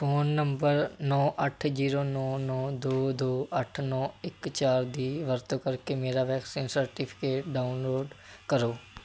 phone number ਨੌਂ ਅੱਠ zero ਨੌਂ ਨੌਂ ਦੋ ਦੋ ਅੱਠ ਨੌਂ ਇੱਕ ਚਾਰ ਦੀ ਵਰਤੋਂ ਕਰਕੇ ਮੇਰਾ ਵੈਕਸੀਨ ਸਰਟੀਫਿਕੇਟ ਡਾਊਨਲੋਡ ਕਰੋ